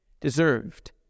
deserved